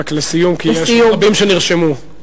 רק לסיום, כי יש רבים שנרשמו.